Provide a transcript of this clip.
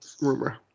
rumor